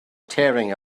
tearing